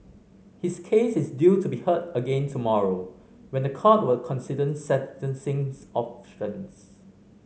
his case is due to be heard again tomorrow when the court will consider sentencing options